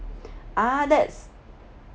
ah that's